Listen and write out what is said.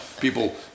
People